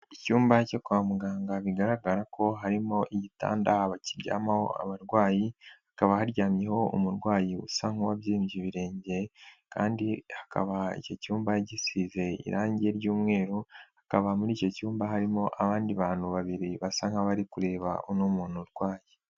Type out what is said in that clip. Icyumba cyo kwa muganga bigaragara ko harimo igitanda bakiryamaho abarwayi, hakaba haryamyeho umurwayi usa nku'wabyimbye ibirenge kandi hakaba icyo cyumba ya gisize irangi ry'umweru, hakaba muri icyo cyumba harimo abandi bantu babiri basa nk'abari kureba uwo muntu urwaye.